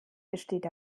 besteht